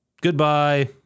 goodbye